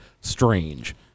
strange